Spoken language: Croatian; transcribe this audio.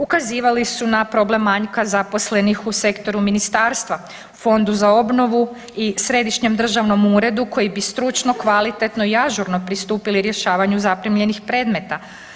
Ukazivali su na problem manjka zaposlenih u sektoru ministarstva, Fondu za obnovu i Središnjem državnom uredu koji bi stručno, kvalitetno i ažurno pristupili rješavanju zaprimljenih predmeta.